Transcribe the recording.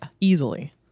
easily